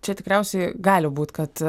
čia tikriausiai gali būt kad